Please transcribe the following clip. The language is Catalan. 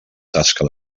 tasca